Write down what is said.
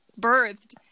birthed